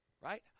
right